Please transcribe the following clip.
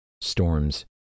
Storms